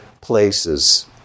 places